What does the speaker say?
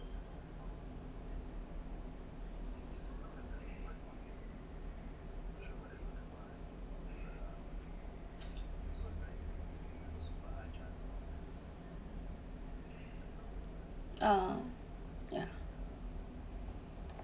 uh yeah